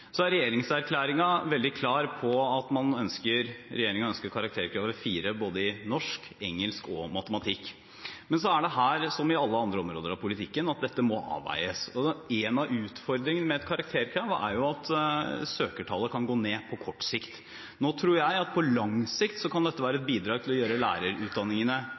Så er regjeringserklæringen veldig klar på at regjeringen ønsker karakterkravet 4 både i norsk, engelsk og matematikk. Men det er her som på alle andre områder av politikken, at dette må avveies. En av utfordringene med et karakterkrav er jo at søkertallet kan gå ned på kort sikt. Nå tror jeg at dette på lang sikt kan være et bidrag til å gjøre lærerutdanningene